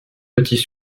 petits